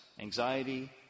anxiety